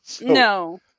No